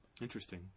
Interesting